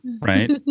right